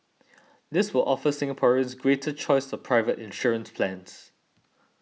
this will offer Singaporeans greater choice of private insurance plans